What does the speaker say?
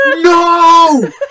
No